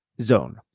Zone